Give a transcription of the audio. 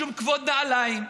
שום כבוד נעליים,